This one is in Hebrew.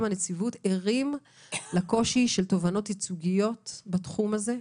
הנציבות ערים לקושי של תובענות ייצוגיות בתחום הזה.